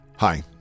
Hi